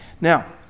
now